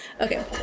Okay